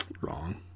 wrong